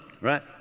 right